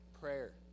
Prayer